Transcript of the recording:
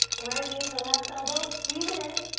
right knee to left elbow. squeeze it in.